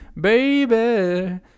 Baby